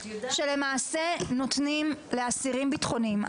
שלמעשה נותנים לאסירים בטחוניים.